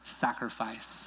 sacrifice